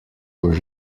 were